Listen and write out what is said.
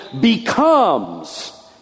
becomes